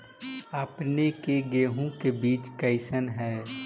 अपने के गेहूं के बीज कैसन है?